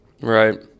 Right